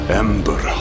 ember